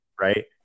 Right